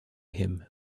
him